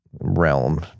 realm